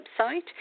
website